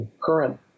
current